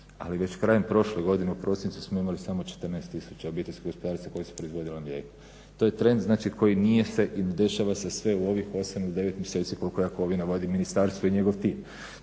Ali već krajem prošle godine u prosincu smo imali samo 14 tisuća obiteljskih gospodarstva koji su proizvodili mlijeko. To je trend znači, koji nije se i ne dešava se sve u ovih 8,9 mjeseci koliko Jakovina vodi Ministarstvo i njegov tim.